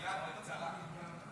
גלעד, בקצרה.